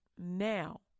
now